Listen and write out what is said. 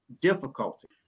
difficulty